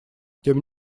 тем